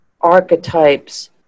archetypes